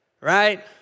Right